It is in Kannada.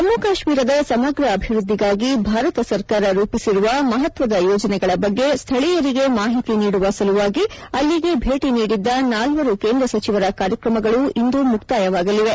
ಜಮ್ಮು ಕಾಶ್ಮೀರದ ಸಮಗ್ರ ಅಭಿವೃದ್ದಿಗಾಗಿ ಭಾರತ ಸರ್ಕಾರ ರೂಪಿಸಿರುವ ಮಹತ್ವದ ಯೋಜನೆಗಳ ಬಗ್ಗೆ ಸ್ಥಳೀಯರಿಗೆ ಮಾಹಿತಿ ನೀಡುವ ಸಲುವಾಗಿ ಅಲ್ಲಿಗೆ ಭೇಟಿ ನೀಡಿದ್ದ ನಾಲ್ವರು ಕೇಂದ್ರ ಸಚಿವರ ಕಾರ್ಯಕ್ರಮಗಳು ಇಂದು ಮುಕ್ತಾಯವಾಗಲಿವೆ